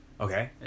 Okay